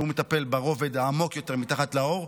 שהוא מטפל ברובד העמוק יותר מתחת לעור.